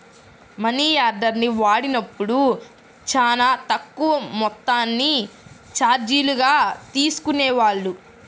మనియార్డర్ని వాడినప్పుడు చానా తక్కువ మొత్తాన్ని చార్జీలుగా తీసుకునేవాళ్ళు